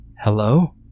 Hello